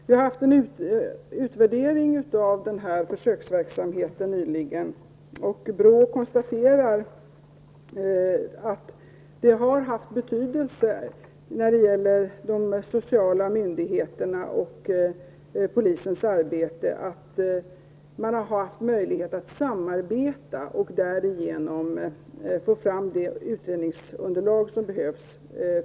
Det har nyligen skett en utvärdering av denna försöksverksamhet. BRÅ konstaterar att det haft betydelse att de sociala myndigheterna och polisen haft möjlighet att samarbeta för att därigenom på ett snabbare sätt få fram det utredningsunderlag som behövs.